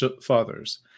fathers